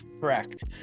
correct